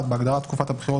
(1) בהגדרה "תקופת הבחירות",